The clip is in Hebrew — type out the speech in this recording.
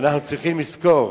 ואנחנו צריכים לזכור,